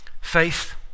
faith